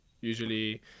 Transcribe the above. usually